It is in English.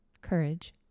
Courage